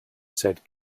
said